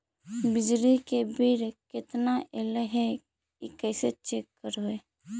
बिजली के बिल केतना ऐले हे इ कैसे चेक करबइ?